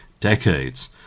decades